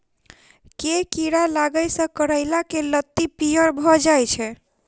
केँ कीड़ा लागै सऽ करैला केँ लत्ती पीयर भऽ जाय छै?